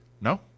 no